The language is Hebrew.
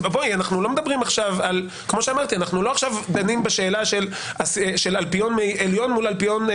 אנחנו לא דנים בשאלה של אלפיון עליון מול אלפיון,